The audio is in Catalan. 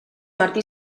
martí